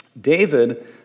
David